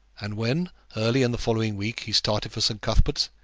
and when early in the following week he started for st. cuthbert's,